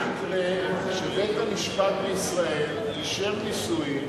היה מקרה שבית-המשפט בישראל אישר נישואים